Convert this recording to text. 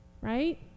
Right